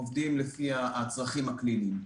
עובדים לפי הצרכים הקליניים.